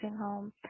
home